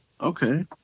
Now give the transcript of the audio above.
okay